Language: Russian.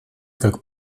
как